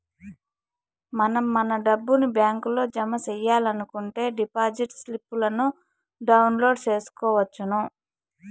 మనం మన డబ్బుని బ్యాంకులో జమ సెయ్యాలనుకుంటే డిపాజిట్ స్లిప్పులను డౌన్లోడ్ చేసుకొనవచ్చును